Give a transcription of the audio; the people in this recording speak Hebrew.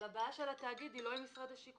הבעיה של התאגיד היא לא עם משרד השיכון.